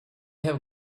have